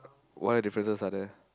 what differences are there